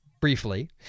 Briefly